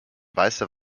weiße